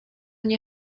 nie